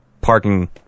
parking